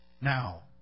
now